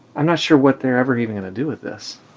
i'm not sure what they're ever even going to do with this.